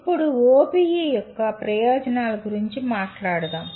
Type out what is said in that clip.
ఇప్పుడు OBE యొక్క ప్రయోజనాల గురించి మాట్లాడుదాం